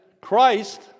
Christ